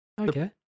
Okay